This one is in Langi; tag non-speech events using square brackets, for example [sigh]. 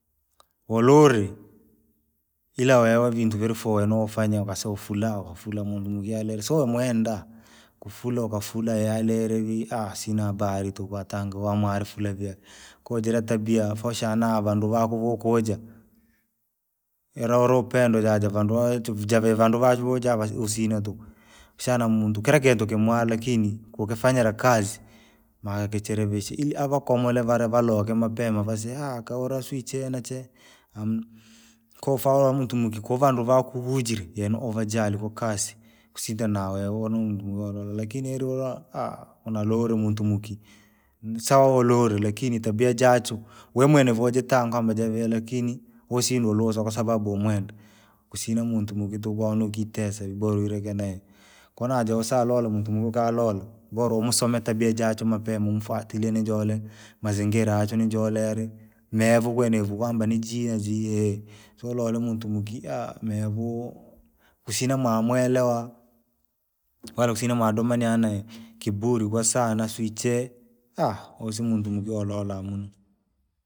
Wululi. Ila wewe vintu vilifue nofanya nofanya vasi ufula ufula muntu vyalola somwenda, kufula ukufula yaani ili vii [hesitation] sina habari tuku watanga uvamwari fule vee, koo jira tabia fosha na vantu vako vuukuja. Ila uli upendo jaa javandu [unintelligible] jave vandu vaa juu java usina tuku, shana muntu kila kintu kimware kingi, kukifanyira kazi, ma kicherevishe i- avakole vala valoke mapema vasina [hesitation] kaula swichena na chee, amna, koofaa wa muntu mukuki vantu vaa kuvujire jene ova ja lukukasi usija nawewe [unintelligible] nololo lakini ili uvaa [hesitation] nalole muntu muki. Nisawa ululile lakini tabia jachu, wemwene vojitanga mujevene lakini. Vusinga ulusa kwasababu umwenda, kusina muntu muvitu kwanokitesa bora ulekane, koo najosalalo muntu mu- ukalole, volo musoma tabia jachwe mapema umfwatilie nijole, mazingira achwe nunjolele. Mevukwe nivu kwamba ninjinzie, solole muntu mukia! Mevuu, usina mwamwelewa, wala usina mwadomanyanee, kiburi kwasana suichee, [hesitation] usine muntu jolola